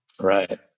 Right